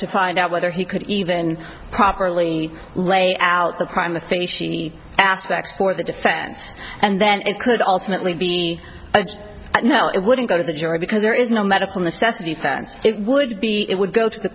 to find out whether he could even properly lay out the crime of aspects for the defense and then it could ultimately be a no it wouldn't go to the jury because there is no medical necessity for it would be it would go to the